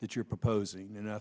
that you're proposing and i